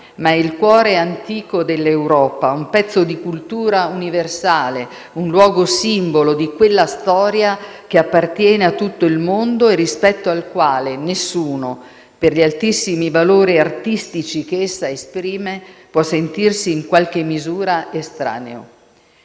ma è il cuore antico dell'Europa, un pezzo di cultura universale, un luogo simbolo di quella storia che appartiene a tutto il mondo e rispetto al quale nessuno, per gli altissimi valori artistici che essa esprime, può sentirsi in qualche misura estraneo.